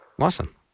Awesome